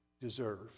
deserve